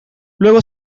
luego